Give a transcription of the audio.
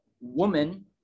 woman